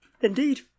Indeed